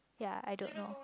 ya I don't know